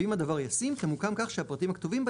ואם הדבר ישים - תמוקם כך שהפרטים הכתובים בה